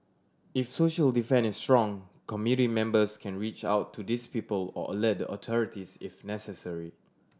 if social defence is strong community members can reach out to these people or alert the authorities if necessary